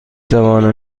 توانم